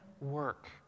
work